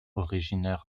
originaire